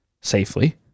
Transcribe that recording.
safely